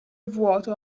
vuoto